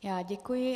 Já děkuji.